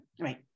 Right